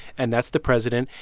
and that's the president.